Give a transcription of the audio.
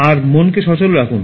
আর মনকে সচল রাখুন